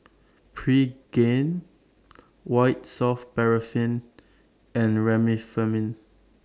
Pregain White Soft Paraffin and Remifemin